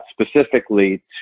specifically